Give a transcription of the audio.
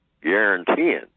Guaranteeing